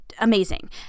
Amazing